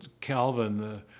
Calvin